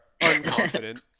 unconfident